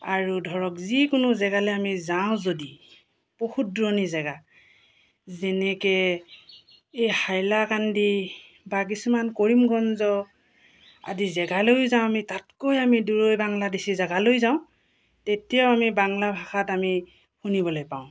আৰু ধৰক যিকোনো জেগালৈ আমি যাওঁ যদি বহুত দূৰণি জেগা যেনেকৈ এই হাইলাকান্দি বা কিছুমান কৰিমগঞ্জ আদি জেগালৈও যাওঁ আমি তাতকৈ আমি দূৰৈ বাংলাদেশ জেগালৈ যাওঁ তেতিয়াও আমি বাংলা ভাষাত আমি শুনিবলৈ পাওঁ